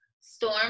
Storm